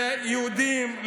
ליהודים,